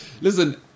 Listen